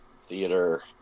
theater